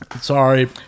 sorry